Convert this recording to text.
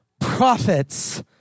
prophets